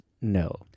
no